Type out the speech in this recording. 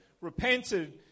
repented